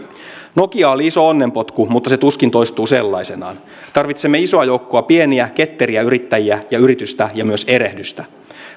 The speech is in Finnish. nokia oli iso onnenpotku mutta se tuskin toistuu sellaisenaan tarvitsemme isoa joukkoa pieniä ketteriä yrittäjiä ja yritystä ja myös erehdystä